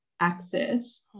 access